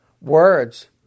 words